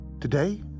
Today